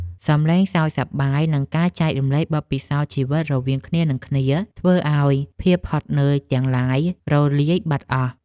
សំឡេងសើចសប្បាយ និងការចែករំលែកបទពិសោធន៍ជីវិតរវាងគ្នានិងគ្នា ធ្វើឱ្យភាពហត់នឿយទាំងឡាយរលាយបាត់អស់។